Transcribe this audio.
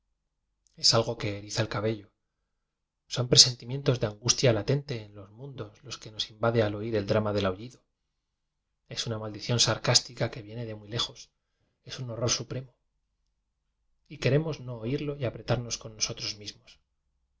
es algo que eriza el cabello son presentimientos de an gustia latente en los mundos lo que nos in vade al oir el drama del aullido es una maldición sarcástica que viene de muy le jos es un horror supremo y queremos no oirlo y apretarnos con nosotros mismos